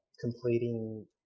completing